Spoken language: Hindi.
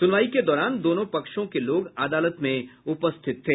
सुनवाई के दौरान दोनों पक्षों के लोग अदालत में उपस्थित थे